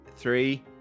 Three